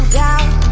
doubt